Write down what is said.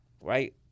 Right